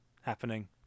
happening